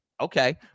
okay